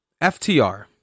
FTR